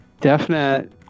Definite